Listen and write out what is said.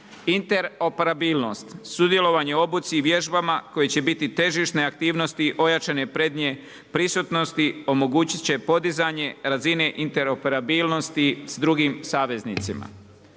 interoperabilnost, sudjelovanje u obuci i vježbama koje će biti težišne aktivnosti ojačane prednje prisutnosti omogućit će podizanje razine interoperabilnosti s drugim saveznicima.